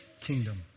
kingdom